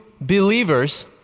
believers